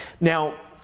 Now